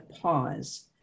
pause